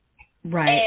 Right